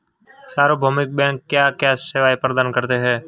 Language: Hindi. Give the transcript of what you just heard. सार्वभौमिक बैंक क्या क्या सेवाएं प्रदान करते हैं?